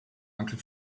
uncle